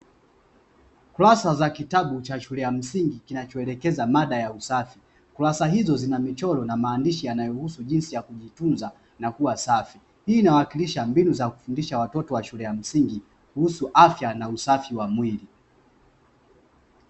Kurasa za kitabu cha shule ya msingi kinachoelekeza mada ya usafi. Kurasa hizi zina michoro na maandishi yanayohusu jinsi ya kujitunza na kuwa safi. Hii inawakilisha mbinu za kufundisha watoto wa shule za msingi kuhusu afya na usafi wa mwili.